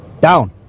Down